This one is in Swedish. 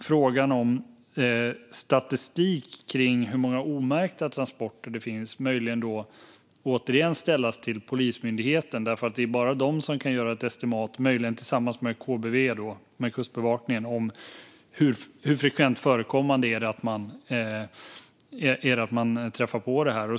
Frågan om statistik över hur många omärkta transporter som sker ska ställas till Polismyndigheten. Det är bara de som kan göra ett estimat, möjligen tillsammans med Kustbevakningen, av hur frekvent förekommande det är att man träffar på det här.